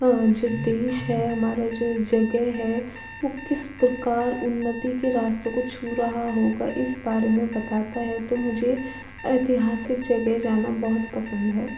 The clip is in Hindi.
आ जो देश है हमारा जो जगह है वो किस प्रकार उन्नति के रास्तों को छू रहा होगा इस बारे में बताता है तो मुझे ऐतिहासिक जगह जाना बहुत पसंद है